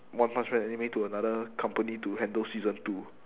one punch man anime to another company to handle season two